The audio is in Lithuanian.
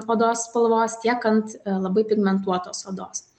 odos spalvos tiek ant labai pigmentuotos odos